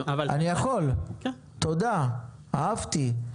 תודה, אהבתי.